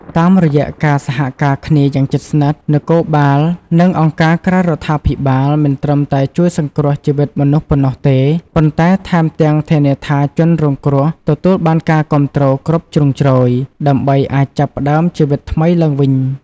តាមរយៈការសហការគ្នាយ៉ាងជិតស្និទ្ធ នគរបាល និងអង្គការក្រៅរដ្ឋាភិបាលមិនត្រឹមតែជួយសង្គ្រោះជីវិតមនុស្សប៉ុណ្ណោះទេ ប៉ុន្តែថែមទាំងធានាថាជនរងគ្រោះទទួលបានការគាំទ្រគ្រប់ជ្រុងជ្រោយ ដើម្បីអាចចាប់ផ្ដើមជីវិតថ្មីឡើងវិញ។